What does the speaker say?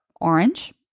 orange